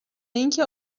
اینکه